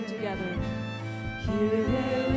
together